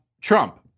Trump